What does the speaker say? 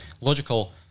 logical